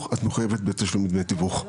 את בעצם מחוייבת בתשלום דמי התיווך.